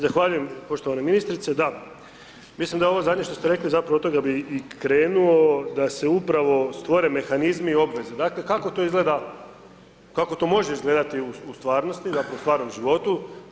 Zahvaljujem poštovana ministrice, da mislim da je ovo zadnje što ste rekli zapravo od toga bi i krenuo, da se upravo stvore mehanizmi obveze, dakle kako to izgleda, kako to može izgledati u stvarnosti, dakle u stvarnom životu.